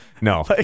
No